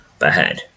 ahead